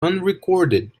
unrecorded